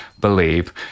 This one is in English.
Believe